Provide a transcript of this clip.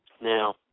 Now